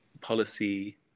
policy